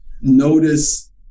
notice